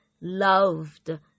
loved